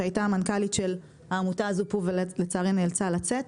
שהמנכ"לית שלו הייתה פה ולצערי נאלצה לצאת.